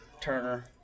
Turner